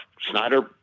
Snyder